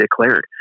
declared